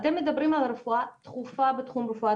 אתם מדברים על רפואה דחופה בתחום רפואה